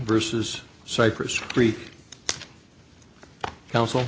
versus cypress creek counsel